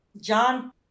John